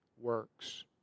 works